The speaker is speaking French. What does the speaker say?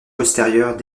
postérieures